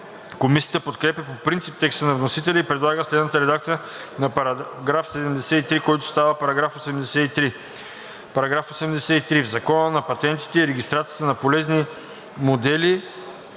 Комисията подкрепя по принцип текста на вносителя и предлага следната редакция на § 73, който става § 83. „§ 83. В Закона за патентите и регистрацията на полезните модели